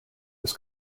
was